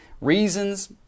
Reasons